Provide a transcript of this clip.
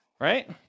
Right